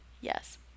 Yes